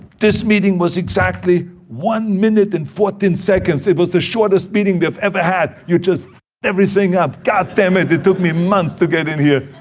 this meeting was exactly one minute and fourteen seconds. it was the shortest meeting they've ever had. you just everything up. god damn it, it took me months to get in here.